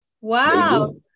Wow